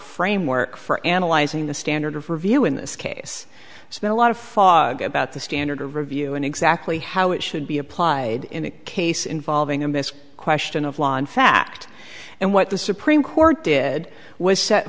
framework for analyzing the standard for view in this case spent a lot of fog about the standard of review and exactly how it should be applied in a case involving a basic question of law in fact and what the supreme court did was set